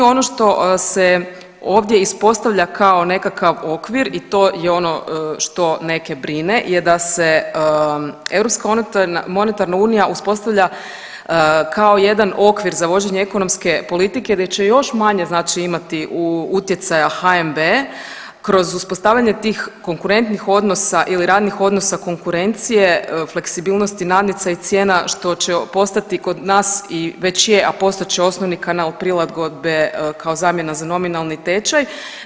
Ono što se ovdje ispostavlja kao nekakav okvir i to je ono što neke brine je da se Europska monetarna unija uspostavlja kao jedan okvir za vođenje ekonomske politike, gdje će još manje, znači imati utjecaja HNB kroz uspostavljanje tih konkurentnih odnosa ili radnih odnosa konkurencije, fleksibilnosti nadnica i cijena što će postati kod nas i već je, a postat će osnovni kanal prilagodbe kao zamjena za nominalne tečaj.